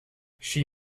she